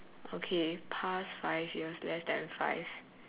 okay past five years less than five